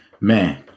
Man